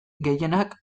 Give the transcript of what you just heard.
gehienak